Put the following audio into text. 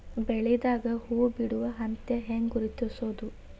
ಬೆಳಿದಾಗ ಹೂ ಬಿಡುವ ಹಂತ ಹ್ಯಾಂಗ್ ಗುರುತಿಸೋದು?